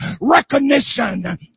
recognition